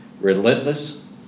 relentless